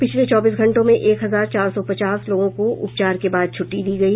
पिछले चौबीस घंटों में एक हजार चार सौ पचास लोगों को उपचार के बाद छूट्टी दी गयी